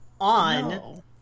on